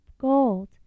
gold